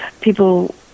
people